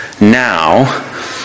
now